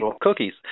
cookies